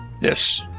Yes